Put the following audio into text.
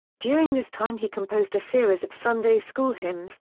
during this time he composed a series of sunday school hymns,